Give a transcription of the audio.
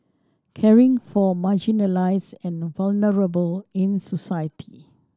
caring for marginalised and vulnerable in society